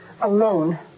Alone